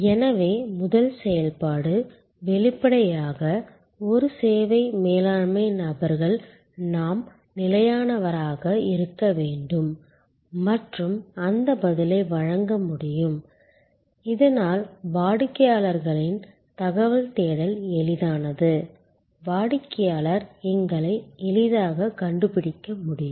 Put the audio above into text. எனவே முதல் செயல்பாடு வெளிப்படையாக ஒரு சேவை மேலாண்மை நபர்கள் நாம் நிலையானவராக இருக்க வேண்டும் மற்றும் அந்த பதிலை வழங்க முடியும் இதனால் வாடிக்கையாளரின் தகவல் தேடல் எளிதானது வாடிக்கையாளர் எங்களை எளிதாகக் கண்டுபிடிக்க முடியும்